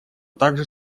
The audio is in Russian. также